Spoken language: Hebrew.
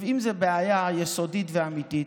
אם זו בעיה יסודית ואמיתית,